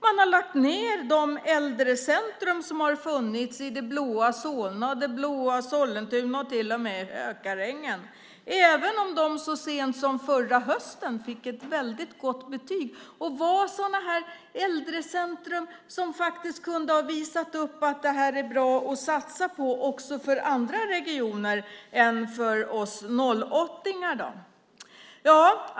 Man har lagt ned de äldrecentrum som har funnits i det blå Solna, i det blå Sollentuna och till och med i Hökarängen, även om de så sent som förra hösten fick ett väldigt gott betyg. De var sådana äldrecentrum som faktiskt hade kunnat visas upp som bra att satsa på också för andra regioner än för oss i 08-regionen.